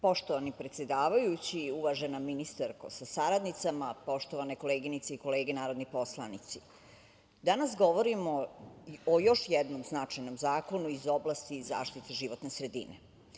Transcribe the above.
Poštovani predsedavajući, uvažena ministarko sa saradnicima, poštovane koleginice i kolege narodni poslanici, danas govorimo o još jednom značajnom zakonu iz oblasti zaštite životne sredine.